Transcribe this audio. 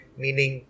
meaning